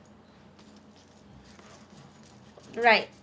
like